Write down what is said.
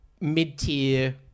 mid-tier